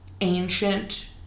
ancient